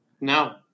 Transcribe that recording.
No